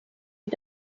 you